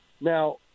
Now